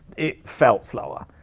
it felt slower.